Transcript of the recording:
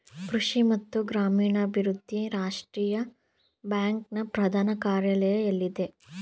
ಕೃಷಿ ಮತ್ತು ಗ್ರಾಮೀಣಾಭಿವೃದ್ಧಿ ರಾಷ್ಟ್ರೀಯ ಬ್ಯಾಂಕ್ ನ ಪ್ರಧಾನ ಕಾರ್ಯಾಲಯ ಎಲ್ಲಿದೆ?